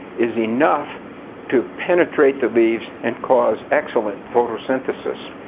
is enough to penetrate the leaves and cause excellent photosynthesis.